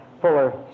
Fuller